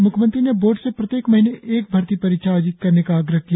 म्ख्यमंत्री ने बोर्ड से प्रत्येक महीने एक भर्ती परीक्षा आयोजित करने का आग्रह किया